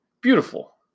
beautiful